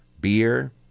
Beer